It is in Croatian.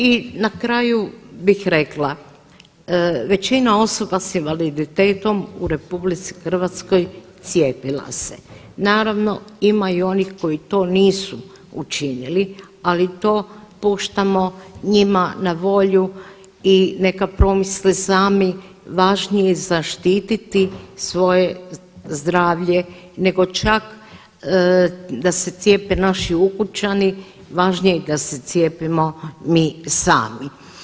I na kraju bih rekla, većina osoba s invaliditetom u RH cijepila se, naravno ima i onih koji to nisu učinili, ali to puštamo njima na volju i neka promisle sami važnije je zaštiti svoje zdravlje nego čak da se cijepe naši ukućani, važnije da se cijepimo mi sami.